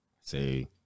say